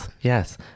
Yes